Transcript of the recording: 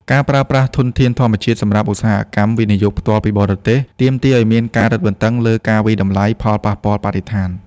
ការប្រើប្រាស់ធនធានធម្មជាតិសម្រាប់ឧស្សាហកម្ម វិនិយោគផ្ទាល់ពីបរទេស ទាមទារឱ្យមានការរឹតបន្តឹងលើការវាយតម្លៃផលប៉ះពាល់បរិស្ថាន។